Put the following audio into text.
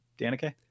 Danica